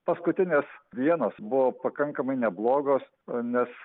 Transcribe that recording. paskutinės dienos buvo pakankamai neblogos nes